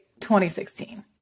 2016